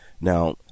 Now